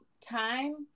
time